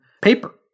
paper